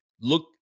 look